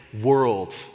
world